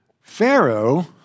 Pharaoh